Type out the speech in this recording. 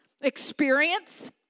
experience